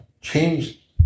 change